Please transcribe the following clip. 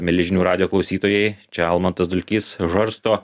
mieli žinių radijo klausytojai čia almantas dulkys žarsto